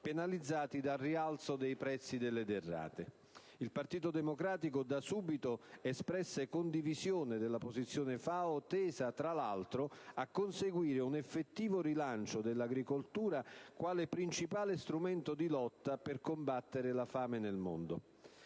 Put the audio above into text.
penalizzati dal rialzo dei prezzi delle derrate. Il Partito Democratico, da subito, espresse condivisione della posizione della FAO, tesa, tra l'altro, a conseguire un effettivo rilancio dell'agricoltura quale principale strumento di lotta per combattere la fame nel mondo.